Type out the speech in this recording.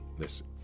Listen